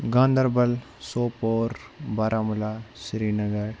Ganderbal Sopore Baramulla Srinagar